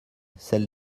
celle